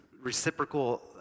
reciprocal